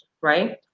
right